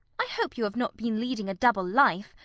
i hope you have not been leading a double life,